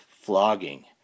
flogging